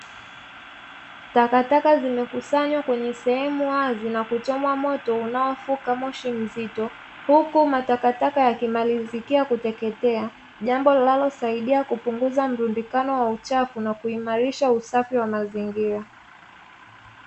Takataka zimekusanywa kwenye sehemu wazi, na kuchomwa moto unaofuka moshi mzito. Huku matakataka yakimalizikia kuteketea, jambo linalosaidia kupunguza mrundikano wa uchafu na kuimarisha usafi wa mazingira.